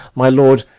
my lord,